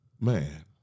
man